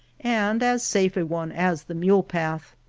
and as safe a one as the mule-path.